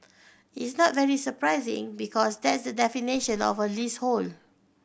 it's not very surprising because that's the definition of a leasehold